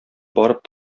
барып